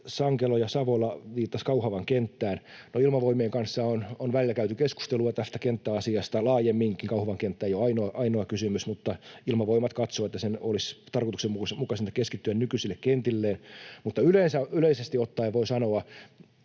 Sankelo ja Savola viittasivat Kauhavan kenttään. No, Ilmavoimien kanssa on välillä käyty keskustelua tästä kenttäasiasta laajemminkin. Kauhavan kenttä ei ole ainoa kysymys, mutta Ilmavoimat katsoo, että sen olisi tarkoituksenmukaisinta keskittyä nykyisille kentilleen. Mutta yleisesti ottaen voi sanoa,